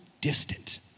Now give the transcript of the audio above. distant